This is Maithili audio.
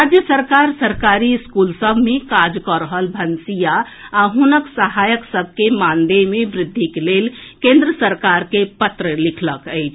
राज्य सरकार सरकारी विद्यालय सभ मे काज कऽ रहल भनसिया आ हुनक सहायक सभक मानदेय मे वृद्धिक लेल केन्द्र सरकार के पत्र लिखलक अछि